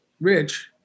Rich